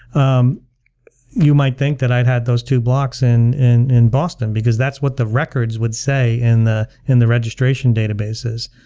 um you might think that i've had those two blocks in in boston because that's what the records would say in the in the registration databases.